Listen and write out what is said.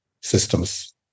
systems